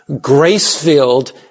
grace-filled